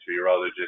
urologist